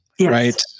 right